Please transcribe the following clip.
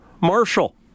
Marshall